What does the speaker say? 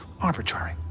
arbitrary